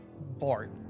Bart